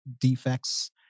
defects